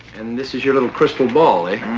and this is your little crystal ball, ah?